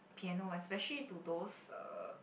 piano especially to those uh